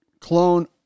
clone